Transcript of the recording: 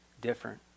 different